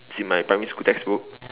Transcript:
it's in my primary school textbook